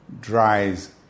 dries